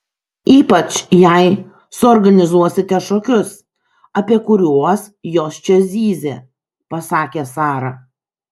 ypač jei suorganizuosite šokius apie kuriuos jos čia zyzė pasakė sara